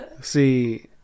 see